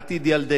ואין דרך אחרת.